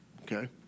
okay